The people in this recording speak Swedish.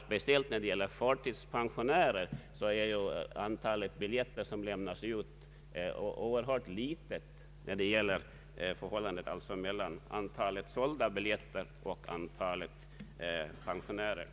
Speciellt när det gäller förtidspensionärer är antalet utlämnade biljetter mycket litet — jag tänker alltså på förhållandet mellan antalet sålda biljetter och antalet pensionärer.